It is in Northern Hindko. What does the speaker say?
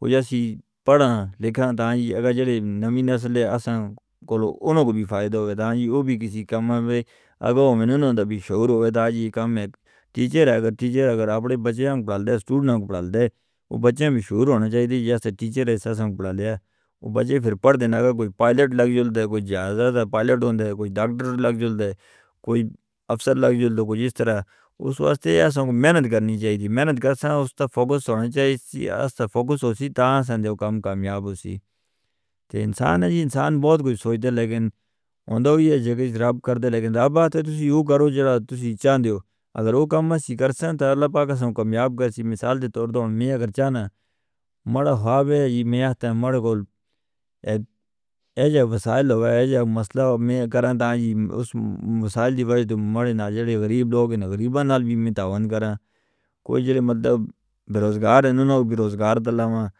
وہ جا سی پڑھاں لکھاں تے آج اگر جو نئی نسل ہے اساں کولو انہوں کو بھی فائدہ ہوئے تے وہ بھی کسی کاماں ہوئے۔ اگر وہ میں انہوں دا بھی شعور ہوئے تے آج کام ہے ٹیچر ہے کہ ٹیچر اگر اپنے بچے ہم کال دیتا اسٹوڈنٹ ہم کال دیتا، وہ بچے بھی شعور ہونا چاہی دیئے جیسے ٹیچر ہے۔ اساں ہم کال دیتا وہ بچے پھر پڑھ دینا۔ اگر کوئی پائلٹ لگ جاندہ، کوئی جہازہ دا پائلٹ ہوندہ، کوئی ڈاکٹر لگ جاندہ، کوئی افسار لگ جاندہ، کوئی اس طرح۔ اس وجہ اساں کو محنت کرنی چاہی دیئے۔ محنت کرنا اس تا فوکس ہونا چاہی دیئے۔ اس تا فوکس ہوندی تاں اساں دے وہ کام کامیاب ہوندی۔ انسان بہت کچھ سوچتا لیکن ہوندا بھی ہے جگہ جرب کرتا لیکن رب بات ہے تسیح یوں کرو جو تسیح چاندے ہو۔ اگر وہ کامہ سی کرسان تاں اللہ پاک قسم کامیاب کرسی۔ مثال دے طور پر میں اگر چاندہ ہوں مارا خواب ہے یہ میہتہ مارگل ایجا وسائل ہوئے ایجا مسئلہ ہوئے، میں کران تاں جی اس مسئلے دی وجہ سے مارے نا جو غریب لوگ ہیں، غریبہ نال بھی میں تعاون کران، کوئی جو مطلب بے روزگار ہیں، انہوں کو بے روزگار دلاوا.